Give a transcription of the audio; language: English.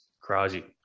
crazy